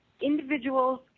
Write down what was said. individuals